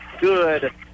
good